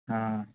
हँ